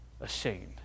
ashamed